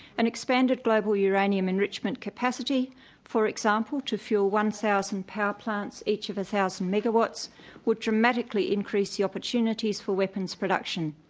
an expanded global uranium enrichment capacity for example to fuel one thousand power plants each of one thousand megawatts would dramatically increase the opportunities for weapons production.